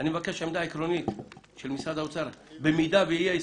אני מבקש עמדה עקרונית של משרד האוצר במידה ויהיה הסכם,